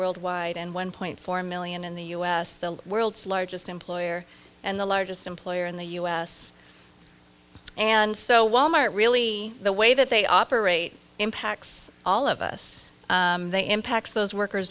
worldwide and one point four million in the u s the world's largest employer and the largest employer in the u s and so wal mart really the way that they operate impacts all of us they impacts those workers